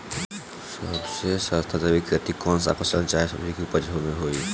सबसे सस्ता जैविक खेती कौन सा फसल चाहे सब्जी के उपज मे होई?